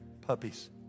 puppies